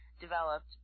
developed